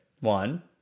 One